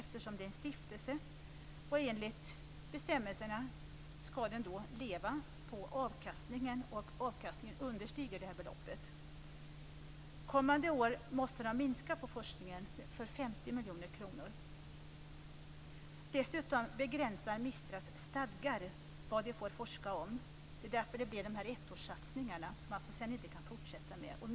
Det är en stiftelse, och enligt bestämmelserna skall den leva på avkastning, men avkastningen understiger det här beloppet. Kommande år måste man minska på forskningen för 50 miljoner kronor. Dessutom begränsar MISTRA:s stadgar vad den får forska om. Därav dessa ettårssatsningar som man sedan inte kan fortsätta med.